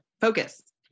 focus